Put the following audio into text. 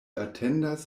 atendas